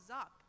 up